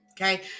Okay